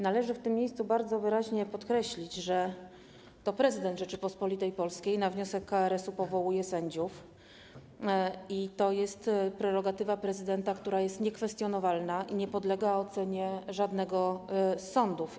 Należy w tym miejscu bardzo wyraźnie podkreślić, że to prezydent Rzeczypospolitej Polskiej na wniosek KRS-u powołuje sędziów i to jest prerogatywa prezydenta, która jest niekwestionowalna i nie podlega ocenie żadnego z sądów.